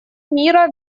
мира